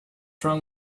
wrong